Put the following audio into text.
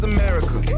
America